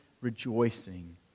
rejoicing